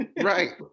Right